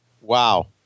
Wow